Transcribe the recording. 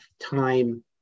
time